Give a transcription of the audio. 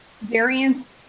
variance